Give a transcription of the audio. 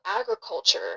agriculture